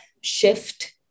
shift